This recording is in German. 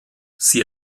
sie